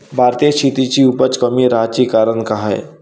भारतीय शेतीची उपज कमी राहाची कारन का हाय?